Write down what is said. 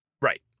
Right